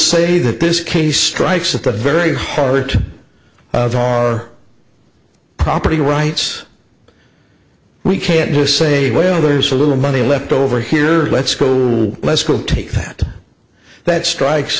say that this case strikes at the very heart of our property rights we can't just say well there's a little money left over here what school less school take that that strikes